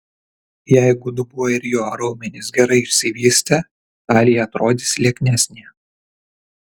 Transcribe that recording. jeigu dubuo ir jo raumenys gerai išsivystę talija atrodys lieknesnė